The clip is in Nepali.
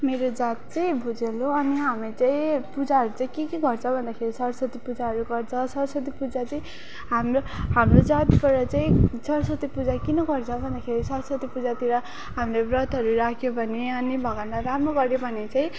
मेरो जात चाहिँ भुजेल हो अनि हामी चाहिँ पूजाहरू चाहिँ के के गर्छ भन्दाखेरि सरस्वती पूजाहरू गर्छ सरस्वती पुजा चैँ हाम्रो हाम्रो जातबाट चाहिँ सरसती पूजा किन गर्छ भन्दाखेरि सरस्वती पूजातिर हामीले ब्रतहरू राख्यो भने अनि भगवान्लाई राम्रो गर्यो भने चाहिँ